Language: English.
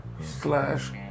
slash